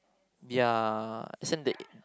ya except they